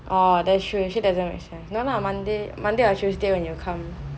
orh that's true actually it doesn't make sense no lah monday or tuesday when you come